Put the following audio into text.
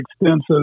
extensive